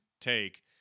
take